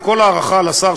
עם כל ההערכה לשר,